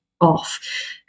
off